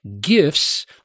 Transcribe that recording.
gifts